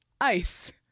ice